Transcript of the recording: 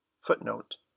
footnote